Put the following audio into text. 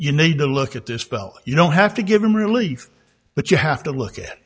you need to look at this fellow you don't have to give him relief but you have to look at